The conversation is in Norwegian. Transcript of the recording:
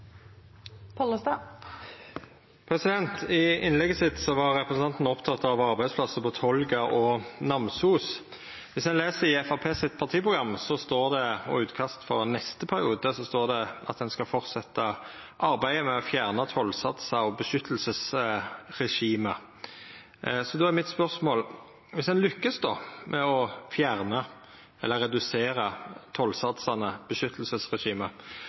dag. I innlegget sitt var representanten oppteken av å ha arbeidsplassar på Tolga og i Namsos. Viss ein les i Framstegspartiets partiprogram og utkastet for neste periode, står det at ein skal fortsetja arbeidet med å fjerna tollsatsar og beskyttelsesregime. Då er mitt spørsmål: Viss ein lykkast med å fjerna eller